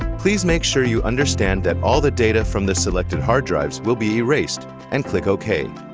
please make sure you understand that all the data from the selected hard drives will be erased and click ok.